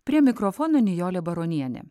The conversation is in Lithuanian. prie mikrofono nijolė baronienė